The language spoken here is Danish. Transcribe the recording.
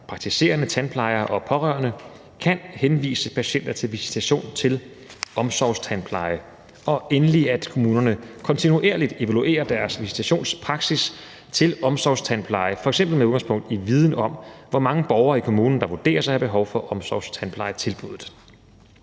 praktiserende tandplejere og pårørende – kan henvise patienter til visitation til omsorgstandpleje, og endelig, at kommunerne kontinuerligt evaluerer deres visitationspraksis til omsorgstandpleje f.eks. med udgangspunkt i viden om, hvor mange borgere i kommunen der vurderes at have behov for omsorgstandplejetilbuddet.